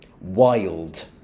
wild